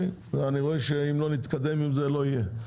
אני רואה שאם לא נתקדם עם זה לא יהיה,